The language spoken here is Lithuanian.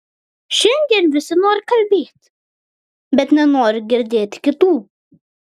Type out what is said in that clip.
šiandien visi nori kalbėti bet nenori girdėt kitų